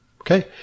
Okay